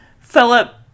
Philip